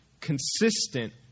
consistent